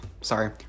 sorry